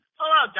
Hello